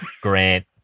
Grant